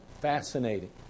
fascinating